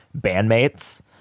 bandmates